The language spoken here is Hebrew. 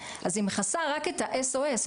אז היא מכסה רק את האס.או.אס,